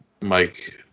Mike